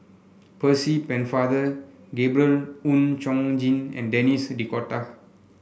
Percy Pennefather Gabriel Oon Chong Jin and Denis D'Cotta